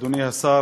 אדוני השר,